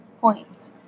points